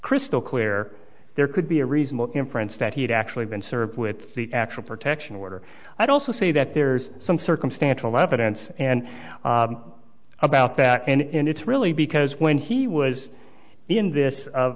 crystal clear there could be a reasonable inference that he had actually been served with the actual protection order i'd also say that there's some circumstantial evidence and about that and it's really because when he was in this